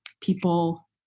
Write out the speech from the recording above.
people